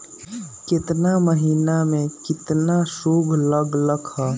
केतना महीना में कितना शुध लग लक ह?